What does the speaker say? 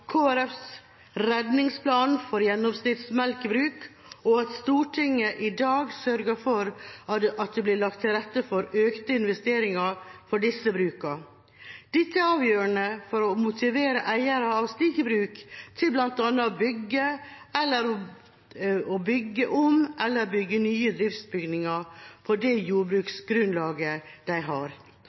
Folkepartis redningsplan for gjennomsnitts melkebruk, og at Stortinget i dag sørger for at det blir lagt til rette for økte investeringer for disse brukene. Dette er avgjørende for å motivere eierne av slike bruk til bl.a. å bygge om eller bygge nye driftsbygninger på det jordbruksgrunnlaget de har